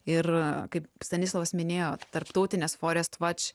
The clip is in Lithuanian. ir kaip stanislovas minėjo tarptautinės forest vač